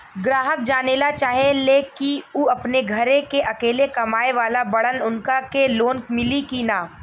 ग्राहक जानेला चाहे ले की ऊ अपने घरे के अकेले कमाये वाला बड़न उनका के लोन मिली कि न?